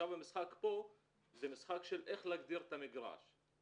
עכשיו המשחק פה זה משחק של איך להגדיר את המגרש.